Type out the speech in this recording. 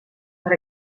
per